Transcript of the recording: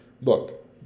Look